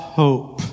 hope